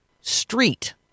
Street